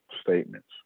statements